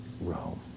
Rome